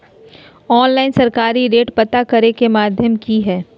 Online सरकारी rate पता करे के माध्यम की हय?